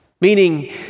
Meaning